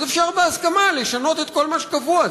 אז אפשר בהסכמה לשנות את כל מה שקבוע,